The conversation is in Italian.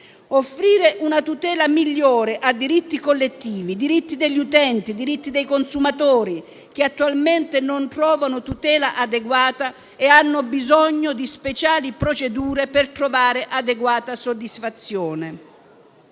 offrire una tutela migliore ai diritti collettivi, ai diritti degli utenti e dei consumatori che attualmente non trovano tutela adeguata e hanno bisogno di speciali procedure per avere una giusta soddisfazione.